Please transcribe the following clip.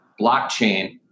blockchain